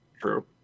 True